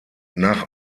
nach